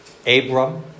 Abram